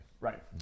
Right